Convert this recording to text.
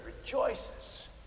rejoices